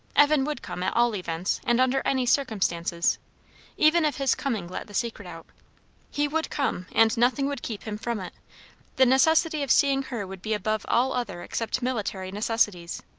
evan would come, at all events, and under any circumstances even if his coming let the secret out he would come, and nothing would keep him from it the necessity of seeing her would be above all other except military necessities.